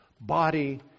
body